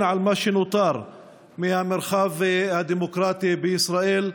על מה שנותר מהמרחב הדמוקרטי בישראל.